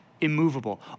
immovable